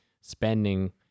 spending